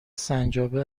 سنجابه